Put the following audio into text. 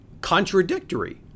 contradictory